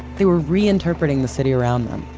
they were reinterpreting the city around them,